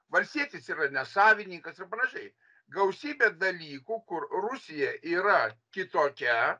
valstietis yra ne savininkas ir panašiai gausybė dalykų kur rusija yra kitokia